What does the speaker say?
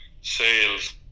sales